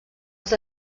els